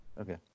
Okay